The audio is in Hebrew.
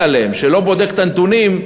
שממונה עליהם, שלא בודק את הנתונים,